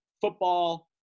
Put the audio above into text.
football